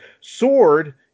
Sword